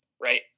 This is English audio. right